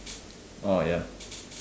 orh ya